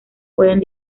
pueden